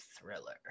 thriller